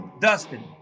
Dustin